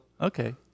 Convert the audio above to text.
Okay